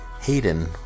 Hayden